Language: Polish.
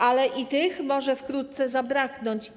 Ale i tych może wkrótce zabraknąć.